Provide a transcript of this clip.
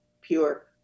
pure